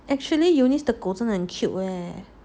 actually eunice 的狗真的很 cute leh